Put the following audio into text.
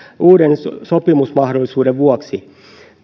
uuden sopimusmahdollisuuden vuoksi